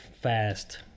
fast